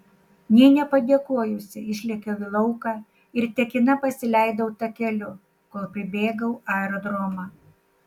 nė nepadėkojusi išlėkiau į lauką ir tekina pasileidau takeliu kol pribėgau aerodromą